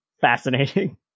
Fascinating